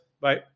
Bye